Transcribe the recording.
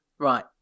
Right